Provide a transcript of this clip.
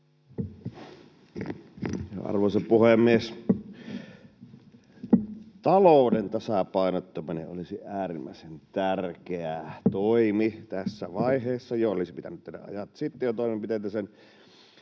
Arvoisa puhemies! Talouden tasapainottaminen olisi äärimmäisen tärkeä toimi tässä vaiheessa, ja olisi pitänyt tehdä jo ajat sitten toimenpiteitä sen